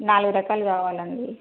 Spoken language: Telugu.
నాలుగు రకాలు కావాలండి